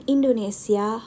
Indonesia